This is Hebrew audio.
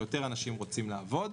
יותר אנשים רוצים לעבוד,